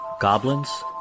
goblins